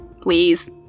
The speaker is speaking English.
please